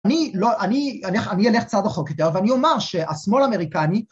‫אני לא, אני אלך צעד רחוק יותר, ‫ואני אומר שהשמאל האמריקני...